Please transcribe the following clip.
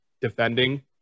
defending